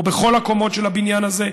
או בכל הקומות של הבניין הזה.